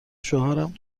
شوهرم